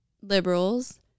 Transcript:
liberals